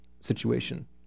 situation